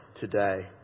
today